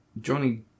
Johnny